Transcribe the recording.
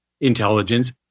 intelligence